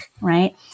right